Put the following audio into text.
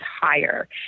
higher